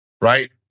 Right